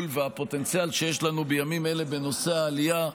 והפוטנציאל שיש לנו בימים אלה בנושא העלייה,